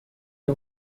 que